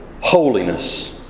holiness